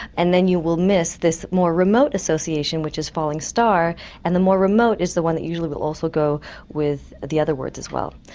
and then you will miss this more remote association which is falling star and the more remote is the one that usually will also go with the other words as well.